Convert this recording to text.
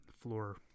floor